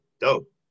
dope